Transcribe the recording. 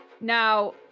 Now